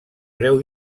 breu